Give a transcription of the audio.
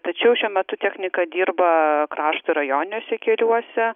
tačiau šiuo metu technika dirba krašto ir rajoniniuose keliuose